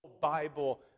Bible